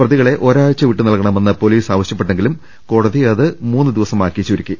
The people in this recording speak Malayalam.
പ്രതികളെ ഒരാഴ്ച വിട്ടുനൽകണമെന്ന് പോലീസ് ആവശ്യപ്പെട്ടെങ്കിലും കോടതി അത് മൂന്നു ദിവസമാക്കി ചുരുക്കി